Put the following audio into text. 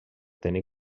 tenir